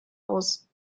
aus